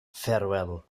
farewell